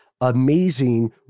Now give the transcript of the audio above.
amazing